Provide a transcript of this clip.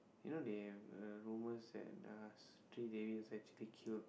you know they have uh rumors that uh was actually killed